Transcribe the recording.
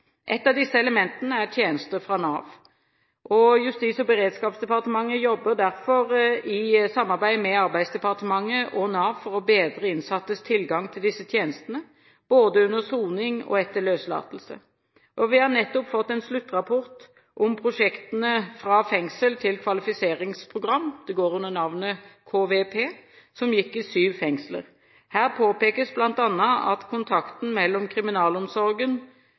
Et av disse elementene er tjenester fra Nav. Justis- og beredskapsdepartementet jobber derfor i samarbeid med Arbeidsdepartementet og Nav for å bedre innsattes tilgang til disse tjenestene, både under soning og etter løslatelse. Vi har nettopp fått en sluttrapport om prosjektet «Fra fengsel til kvalifiseringsprogram» – det går under navnet KVP – som gikk i syv fengsler. Her påpekes bl.a. at kontakten mellom kriminalomsorgen,